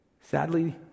Sadly